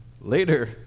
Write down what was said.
later